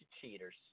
cheaters